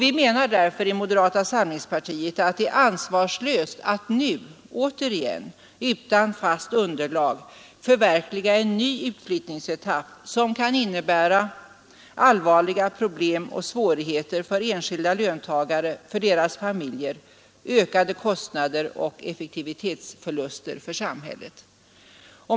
I moderata samlingspartiet menar vi därför att det är ansvarslöst att nu återigen utan fast underlag förverkliga en ny utflyttningsetapp som kan innebära allvarliga problem och svårigheter för enskilda löntagare och deras familjer, ökade kostnader och effektivitetsförluster för samhället.